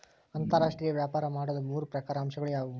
ಅಂತರಾಷ್ಟ್ರೇಯ ವ್ಯಾಪಾರ ಮಾಡೋದ್ ಮೂರ್ ಪ್ರಮುಖ ಅಂಶಗಳು ಯಾವ್ಯಾವು?